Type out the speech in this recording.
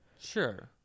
Sure